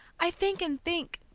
i think and think,